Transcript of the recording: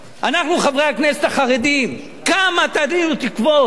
אנחנו, חברי הכנסת החרדים, כמה תלינו תקוות?